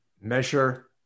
Measure